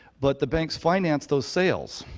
but the banks finance those sales.